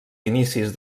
inicis